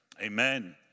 Amen